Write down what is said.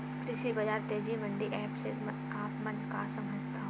कृषि बजार तेजी मंडी एप्प से आप मन का समझथव?